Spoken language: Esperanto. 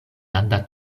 landa